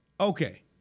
Okay